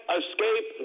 escape